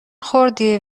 خوردی